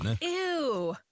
Ew